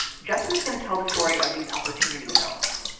justin is going to tell the story of these opportunity zones,